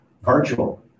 Virtual